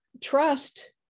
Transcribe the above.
trust